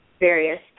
various